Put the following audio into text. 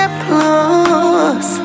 plus